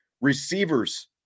receivers